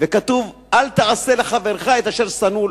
וכתוב: אל תעשה לחברך את אשר שנוא